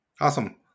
Awesome